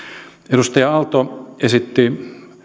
edustaja aalto esitti